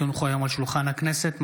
כי הונחו היום על שולחן הכנסת,